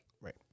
Right